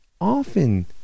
often